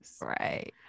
right